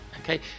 Okay